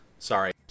sorry